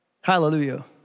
Hallelujah